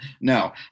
No